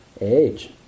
age